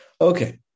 Okay